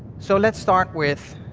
so let's start with,